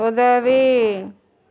உதவி